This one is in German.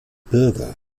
bürger